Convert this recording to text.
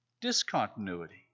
discontinuity